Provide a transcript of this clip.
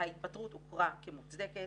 ההתפטרות הוכרה כמוצדקת,